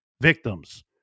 victims